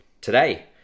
Today